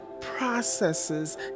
processes